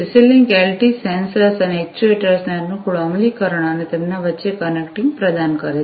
CC link LT sensors અને એક્ટ્યુએટર્સને અનુકૂળ અમલીકરણ અને તેમની વચ્ચે કનેક્ટિંગ પ્રદાન કરે છે